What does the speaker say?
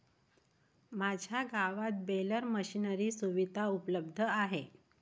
माझ्या गावात baler machinery सुविधा उपलब्ध आहे